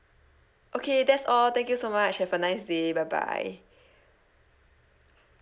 okay that's all thank you so much have a nice day bye bye